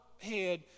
head